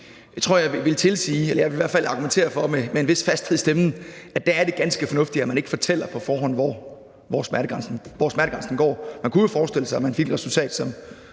i stemmen – at der er det ganske fornuftigt, at man ikke fortæller på forhånd, hvor smertegrænsen går. Man kunne jo forestille sig, at man fik et resultat,